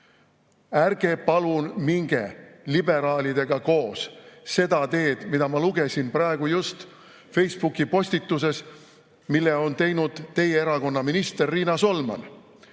Ärge palun minge liberaalidega koos seda teed, mida ma lugesin praegu just Facebooki postitusest, mille on teinud teie erakonna minister Riina Solman,